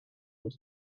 who